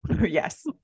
Yes